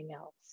else